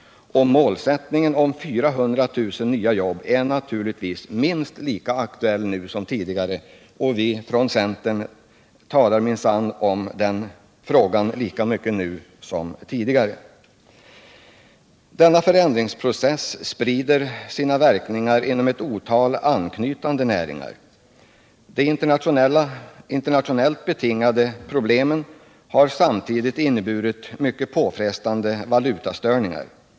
Målsättningen 400 000 nya jobb är naturligtvis minst lika aktuell som tidigare. Från centern talar vi minsann om den frågan lika mycket nu. Denna förändringsprocess sprider sina verkningar inom ett otal anknytande näringar. De internationellt betingade problemen har samtidigt inneburit mycket påfrestande valutastörningar.